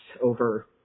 over